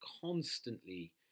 constantly